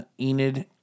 Enid